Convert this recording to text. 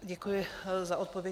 Děkuji za odpověď.